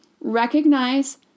Recognize